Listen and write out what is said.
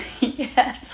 Yes